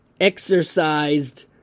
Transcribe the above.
exercised